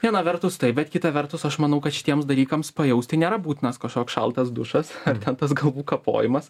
viena vertus taip bet kita vertus aš manau kad šitiems dalykams pajaust tai nėra būtinas kažkoks šaltas dušas ar ten tas galvų kapojimas